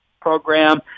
program